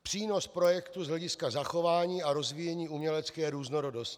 Přínos projektu z hlediska zachování a rozvíjení umělecké různorodosti.